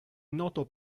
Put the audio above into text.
noto